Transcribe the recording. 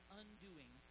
undoing